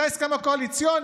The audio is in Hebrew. זה ההסכם הקואליציוני.